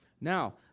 Now